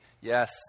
Yes